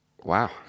Wow